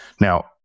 Now